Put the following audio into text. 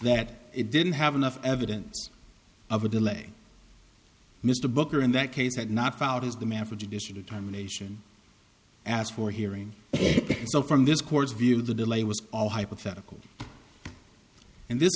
that it didn't have enough evidence of a delay mr booker in that case had not found his demand for judicial determination asked for hearing so from this court's view the delay was all hypothetical in this